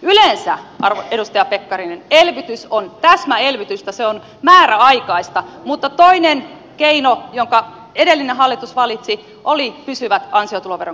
yleensä edustaja pekkarinen elvytys on täsmäelvytystä se on määräaikaista mutta toinen keino jonka edellinen hallitus valitsi oli pysyvät ansiotuloveron kevennykset